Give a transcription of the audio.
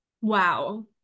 Wow